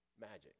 magic